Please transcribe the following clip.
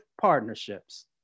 partnerships